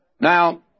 Now